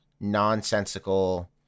nonsensical